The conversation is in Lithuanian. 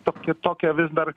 toki tokia vis dar